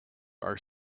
are